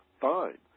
fine